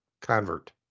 convert